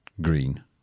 green